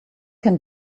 can